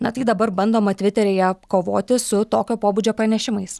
na tai dabar bandoma tviteryje kovoti su tokio pobūdžio pranešimais